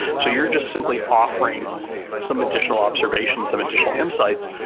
so, you're just simply offering some additional observations, some additional insights.